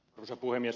arvoisa puhemies